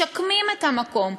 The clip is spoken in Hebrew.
משקמים את המקום,